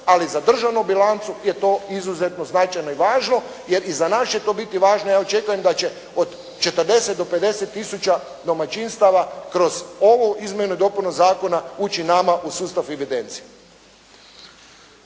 ali za državnu bilancu je to izuzetno značajno i važno. Jer i za nas će to biti važno, ja očekujem da će od 40 do 50 tisuća domaćinstava kroz ovu izmjenu i dopunu zakona ući nama u sustav evidencije.